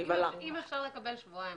אם אפשר לקבל שבועיים